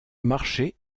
marché